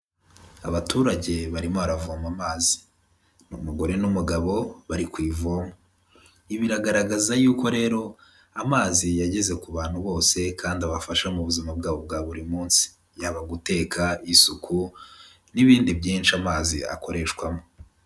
Abaturage barimo baravoma amazi, ni umugore n'umugabo bari ku ivomo, ibi biragaragaza yuko rero amazi yageze ku bantu bose kandi abafasha mu buzima bwabo bwa buri munsi, yaba guteka isuku n'ibindi byinshi amazi akoreshwamo.